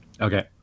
Okay